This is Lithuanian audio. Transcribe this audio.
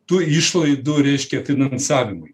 tų išlaidų reiškia finansavimui